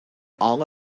all